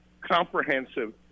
comprehensive